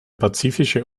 pazifische